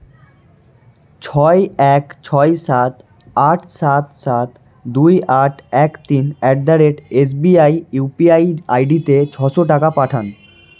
ছয় এক ছয় সাত আট সাত সাত দুই আট এক তিন at the rate S B I U P I আইডিতে ছশো টাকা পাঠান